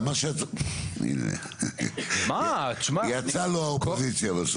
הנה, יצא לו האופוזיציה בסוף.